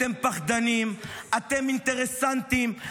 אתם פחדנים, אתם אינטרסנטים.